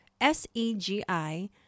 S-E-G-I